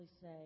say